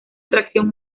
atracción